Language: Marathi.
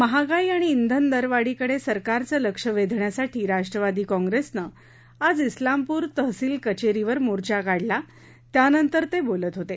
महागाई आणि ब्रेन दरवाढीकडे सरकारचं लक्ष वेधण्यासाठी राष्ट्रवादी काँप्रेसनं आज स्लामपूर तहसील कचेरीवर मोर्चा काढला त्यानंतर ते बोलत होते